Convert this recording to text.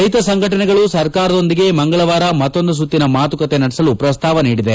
ರೈತ ಸಂಘಟನೆಗಳು ಸರ್ಕಾರದೊಂದಿಗೆ ಮಂಗಳವಾರ ಮತ್ತೊಂದು ಸುತ್ತಿನ ಮಾತುಕತೆ ನಡೆಸಲು ಪ್ರಸ್ತಾವ ನೀಡಿದೆ